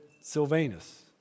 Sylvanus